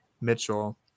mitchell